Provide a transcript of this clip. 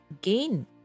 gain